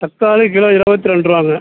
தக்காளி கிலோ இருபத்தி ரெண்டு ரூபாங்க